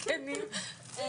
אנחנו נבחין ביניהם.